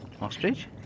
Ostrich